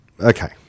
okay